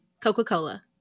Coca-Cola